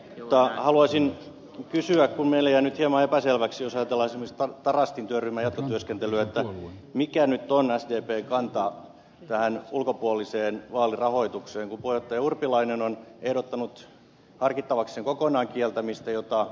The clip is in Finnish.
mutta haluaisin kysyä kun meille jäi nyt se hieman epäselväksi jos ajatellaan esimerkiksi tarastin työryhmän jatkotyöskentelyä mikä nyt on sdpn kanta tähän ulkopuoliseen vaalirahoitukseen kun puheenjohtaja urpilainen on ehdottanut harkittavaksi sen kokonaan kieltämistä mitä ed